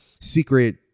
secret